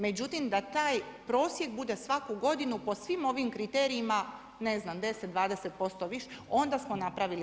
Međutim da taj prosjek bude svaku godinu po svim ovim kriterijima ne znam 10, 20% više onda smo napravili puno.